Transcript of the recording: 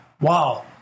wow